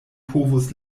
povus